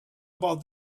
about